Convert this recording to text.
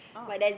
oh